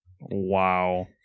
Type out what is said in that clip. Wow